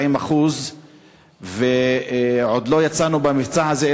40%; עוד לא יצאנו במבצע הזה,